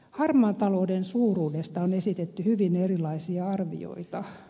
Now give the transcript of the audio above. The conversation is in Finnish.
harmaan talouden suuruudesta on esitetty hyvin erilaisia arvioita